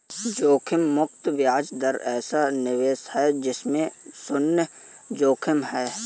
जोखिम मुक्त ब्याज दर ऐसा निवेश है जिसमें शुन्य जोखिम है